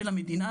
של המדינה,